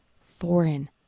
foreign